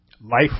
Life